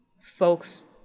folks